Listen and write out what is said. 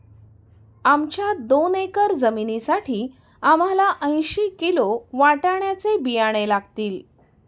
आमच्या दोन एकर जमिनीसाठी आम्हाला ऐंशी किलो वाटाण्याचे बियाणे लागतील